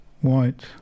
white